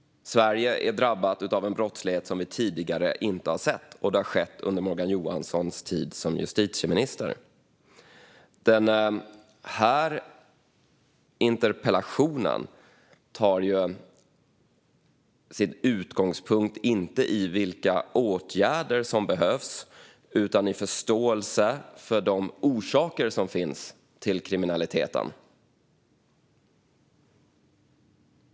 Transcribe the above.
Sverige är drabbat av en brottslighet som vi tidigare inte har sett, och det har skett under Morgan Johanssons tid som justitieminister. Interpellationen tar sin utgångspunkt inte i vilka åtgärder som behövs utan i förståelse för de orsaker som finns till kriminaliteten.